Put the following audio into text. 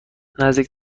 نزدیک